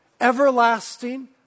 everlasting